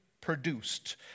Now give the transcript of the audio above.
produced